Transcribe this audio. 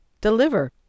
deliver